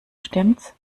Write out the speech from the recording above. stimmts